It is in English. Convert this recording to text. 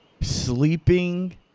sleeping